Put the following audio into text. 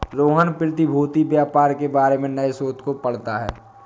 रोहन प्रतिभूति व्यापार के बारे में नए शोध को पढ़ता है